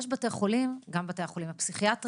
יש בתי חולים, גם בתי החולים הפסיכיאטריים.